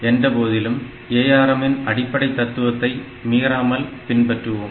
என்றபோதிலும் ARM இன் அடிப்படை தத்துவத்தை மீறாமல் பின்பற்றுகிறோம்